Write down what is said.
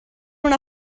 una